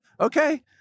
Okay